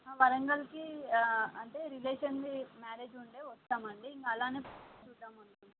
ఆ వరంగల్కి అంటే రిలేషన్ది మ్యారేజ్ ఉంది వస్తాము అండి ఇంకా అలానే చూద్దాం అనుకుంటున్నాము